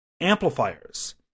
amplifiers